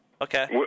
Okay